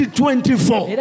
2024